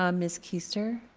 ah ms. keester,